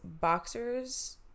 boxers